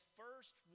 first